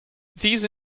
these